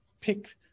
pick